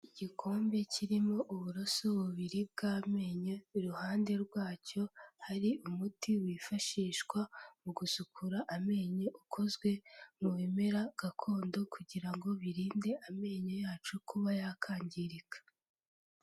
Igikombe kirimo uburoso bubiri bw'amenyo, iruhande rwacyo hari umuti wifashishwa mu gusukura amenyo ukozwe mu bimera gakondo, kugira ngo birinde amenyo yacu kuba yakangirika.